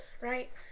right